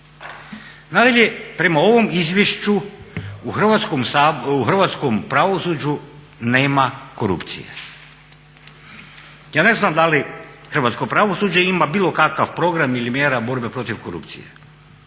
Nadalje, prema ovom izvješću u hrvatskom pravosuđu nema korupcije. Ja ne znam da li hrvatsko pravosuđe ima bilo kakav program ili mjera borbe protiv korupcije,